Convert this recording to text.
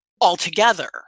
altogether